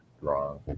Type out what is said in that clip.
wrong